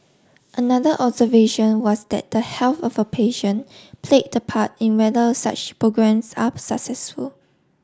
another observation was that the health of a patient played the part in whether such programmes are successful